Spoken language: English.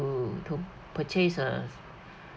to to purchase a